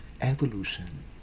evolution